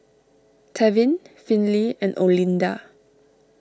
Tevin Finley and Olinda